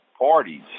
parties